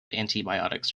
antibiotics